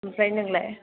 ओमफ्राय नोंलाय